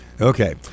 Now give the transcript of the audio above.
Okay